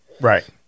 right